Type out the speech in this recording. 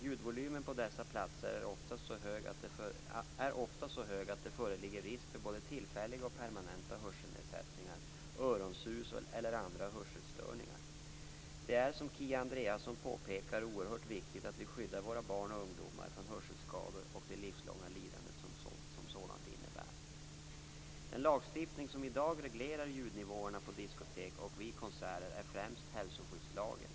Ljudvolymen på dessa platser är ofta så hög att det föreligger risk för både tillfälliga och permanenta hörselnedsättningar, öronsus eller andra hörselstörningar. Det är, som Kia Andreasson påpekar, oerhört viktigt att vi skyddar våra barn och ungdomar från hörselskador och det livslånga lidande som sådana innebär. Den lagstiftning som i dag reglerar ljudnivåerna på diskotek och vid konserter är främst hälsoskyddslagen.